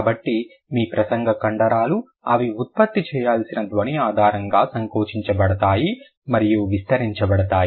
కాబట్టి మీ ప్రసంగ కండరాలు అవి ఉత్పత్తి చేయాల్సిన ధ్వని ఆధారంగా సంకోచించబడతాయి మరియు విస్తరించబడతాయి